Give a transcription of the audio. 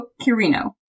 Kirino